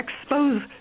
expose